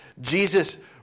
Jesus